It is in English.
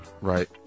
Right